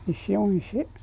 एसेयावनो एसे